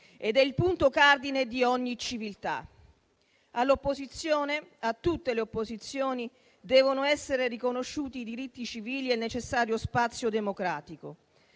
ed è il punto cardine di ogni civiltà. All'opposizione, a tutte le opposizioni, devono essere riconosciuti i diritti civili e il necessario spazio democratico.